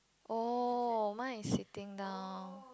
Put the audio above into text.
oh mine is sitting down